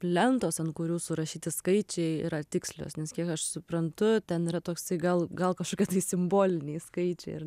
lentos an kurių surašyti skaičiai yra tikslios nes kiek aš suprantu ten yra toksai gal gal kažkokie tai simboliniai skaičiai ir